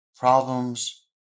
Problems